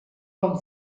com